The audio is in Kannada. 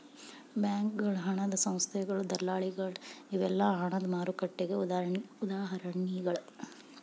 ಬ್ಯಾಂಕಗಳ ಹಣದ ಸಂಸ್ಥೆಗಳ ದಲ್ಲಾಳಿಗಳ ಇವೆಲ್ಲಾ ಹಣದ ಮಾರುಕಟ್ಟೆಗೆ ಉದಾಹರಣಿಗಳ